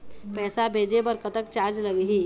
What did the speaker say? पैसा भेजे बर कतक चार्ज लगही?